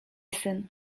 syn